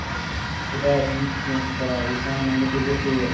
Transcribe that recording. شِکایَتھ یی کینٛہہ چھُنہٕ پَرواے یہِ فون نمبر تہِ گوو فیل